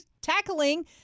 tackling